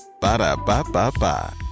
Ba-da-ba-ba-ba